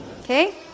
Okay